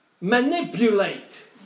manipulate